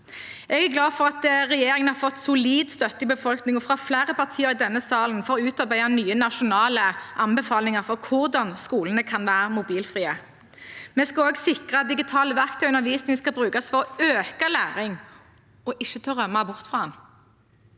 Jeg er glad for at regjeringen har fått solid støtte i befolkningen og fra flere partier i denne salen for å utarbeide nye nasjonale anbefalinger for hvordan skolene kan være mobilfrie. Vi skal også sikre at digitale verktøy i undervisningen brukes til å øke læring og ikke til å rømme bort fra